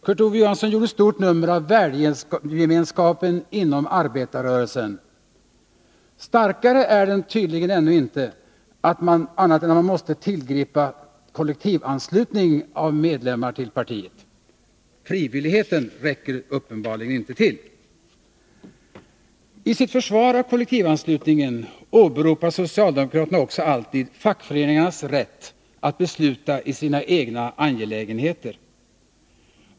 Kurt Ove Johansson gjorde ett stort nummer av värdegemenskapen inom arbetarrörelsen. Starkare är den tydligen inte än att man måste tillgripa kollektivanslutning av medlemmar till partiet. Frivilligheten räcker uppenbarligen inte. I sitt försvar av kollektivanslutningen åberopar socialdemokraterna också alltid fackföreningarnas rätt att besluta i sina egna angelägenheter.